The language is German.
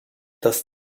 das